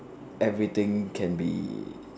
everything can be